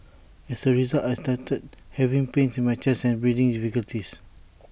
as A result I started having pains in my chest and breathing difficulties